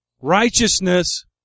Righteousness